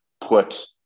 put